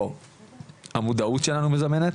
או המודעות שלנו מזמנת.